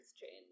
change